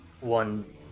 one